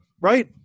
right